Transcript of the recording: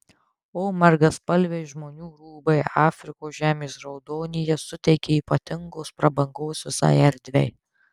o margaspalviai žmonių rūbai afrikos žemės raudonyje suteikia ypatingos prabangos visai erdvei